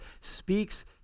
speaks